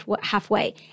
halfway